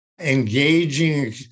engaging